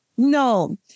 No